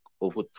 over